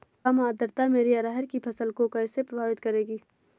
कम आर्द्रता मेरी अरहर की फसल को कैसे प्रभावित करेगी?